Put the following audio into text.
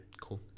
cool